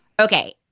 Okay